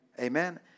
Amen